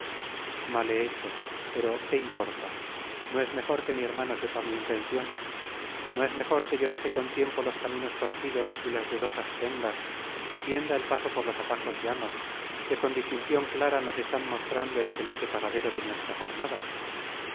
mal he hecho pero qué importa no es mejor que mi hermano sepa mi intencion no es mejor que yo deje con tiempo los caminos torcidos y las dudosas sendas y tienda el paso por los atajos llanos que con distincion clara nos están mostrando el felice paradero de nuestra jornada